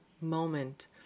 moment